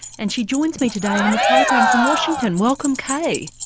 and she joins me today on the program from washington, welcome kay.